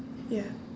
ya